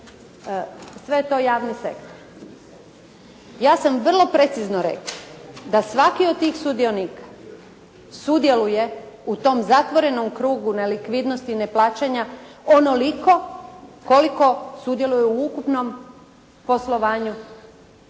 sve je to javni sektor. Ja sam vrlo precizno rekla da svaki od tih sudionika sudjeluje u tom zatvorenom krugu nelikvidnosti neplaćanja onoliko koliko sudjeluje u ukupnom poslovanju,